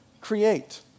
create